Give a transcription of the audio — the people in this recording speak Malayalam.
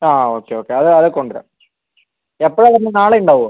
ആ ഓക്കെ ഓക്കെ അത് ആളെ കൊണ്ടുവരാം എപ്പോഴാണ് വരുന്നത് നാളെ ഉണ്ടാകുമോ